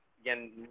again